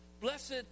Blessed